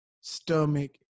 stomach